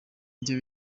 ibyo